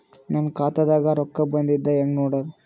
ನನ್ನ ಖಾತಾದಾಗ ರೊಕ್ಕ ಬಂದಿದ್ದ ಹೆಂಗ್ ನೋಡದು?